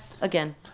again